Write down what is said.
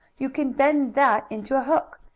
you can bend that into a hook.